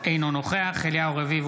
אינו נוכח אליהו רביבו,